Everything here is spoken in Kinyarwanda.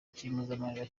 cy’impozamarira